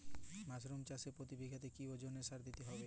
Mushroom চাষে প্রতি বিঘাতে কি ওজনে সার দিতে হবে?